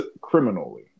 criminally